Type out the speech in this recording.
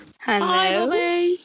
Hello